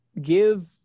give